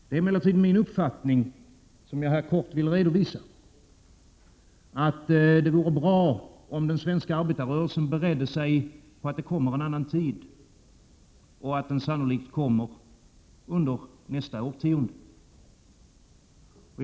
Det är emellertid min uppfattning, som jag här kort vill redovisa — att det vore bra, om den svenska arbetarrörelsen beredde sig på att det kommer en annan tid och att den sannolikt kommer under nästa årtionde.